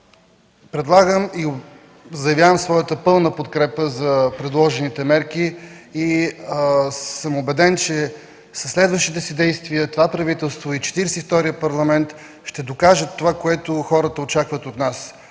Предлагам и заявявам своята пълна подкрепа за предложените мерки и съм убеден, че със следващите си действия това правителство и Четиридесет и вторият Парламент ще докажат това, което хората очакват от нас